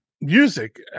Music